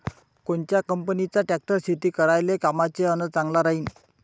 कोनच्या कंपनीचा ट्रॅक्टर शेती करायले कामाचे अन चांगला राहीनं?